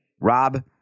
Rob